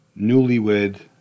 newlywed